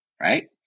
Right